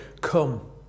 come